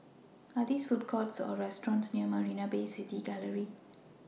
Are There Food Courts Or restaurants near Marina Bay City Gallery